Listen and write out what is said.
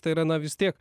tai yra na vis tiek